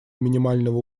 минимального